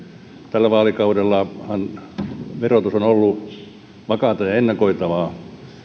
tällä vaalikaudellahan verotus on ollut vakaata ja ennakoitavaa